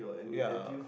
ya